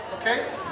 okay